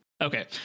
Okay